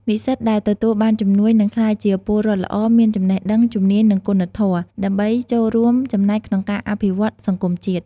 និស្សិតដែលទទួលបានជំនួយ នឹងក្លាយជាពលរដ្ឋល្អ មានចំណេះដឹង ជំនាញ និងគុណធម៌ ដើម្បីចូលរួមចំណែកក្នុងការអភិវឌ្ឍន៍សង្គមជាតិ។